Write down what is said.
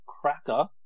cracker